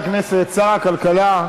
אז אני רוצה להתנגד.